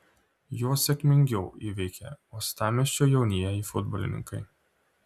juos sėkmingiau įveikė uostamiesčio jaunieji futbolininkai